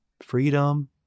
freedom